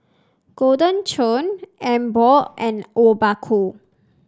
Golden Churn Emborg and Obaku